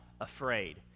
afraid